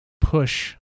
push